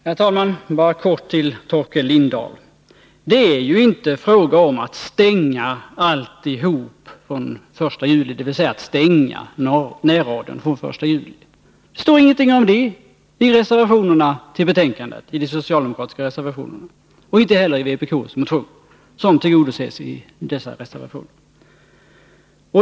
Herr talman! Jag vill bara helt kort vända mig till Torkel Lindahl. Det är inte fråga om att stänga närradion från den 1 juli. Det står ingenting om det i de socialdemokratiska reservationerna till betänkandet eller i vpk:s motioner, som tillgodoses i dessa reservationer.